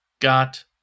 got